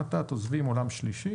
אט אט אנחנו עוזבים עולם שלישי.